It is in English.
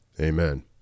Amen